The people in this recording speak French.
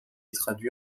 traduit